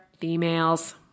females